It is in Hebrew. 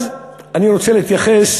אני רוצה להתייחס